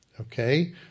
okay